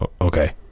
Okay